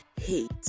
hate